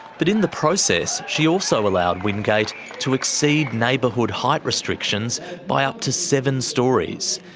but in the process she also allowed wingate to exceed neighbourhood height restrictions by up to seven storeys.